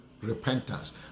repentance